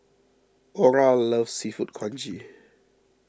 Oral loves Seafood Congee